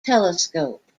telescope